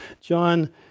john